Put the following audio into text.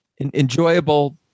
Enjoyable